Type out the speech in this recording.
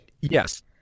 yes